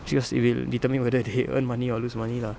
because it will determine whether they earn money or lose money lah